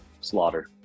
slaughter